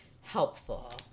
helpful